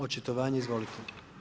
Očitovanje izvolite.